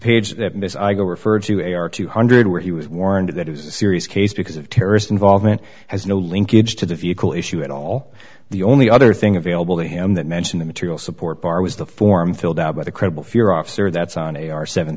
page that ms i go referred to a r two hundred where he was warned that it was a serious case because of terrorist involvement has no linkage to the vehicle issue at all the only other thing available to him that mention the material support bar was the form filled out by the credible fear officer that's on a r seven